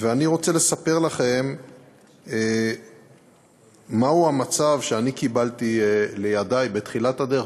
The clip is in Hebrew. ואני רוצה לספר לכם מהו המצב שאני קיבלתי לידי בתחילת הדרך.